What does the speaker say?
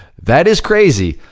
that is crazy.